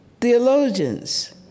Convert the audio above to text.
theologians